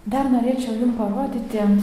dar norėčiau jums parodyti